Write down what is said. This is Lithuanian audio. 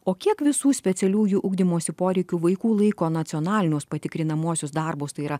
o kiek visų specialiųjų ugdymosi poreikių vaikų laiko nacionalinius patikrinamuosius darbus tai yra